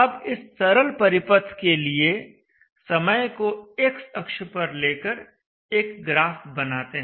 अब इस सरल परिपथ के लिए समय को x अक्ष पर लेकर एक ग्राफ बनाते हैं